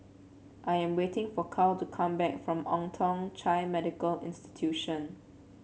I am waiting for Carl to come back from Old Thong Chai Medical Institution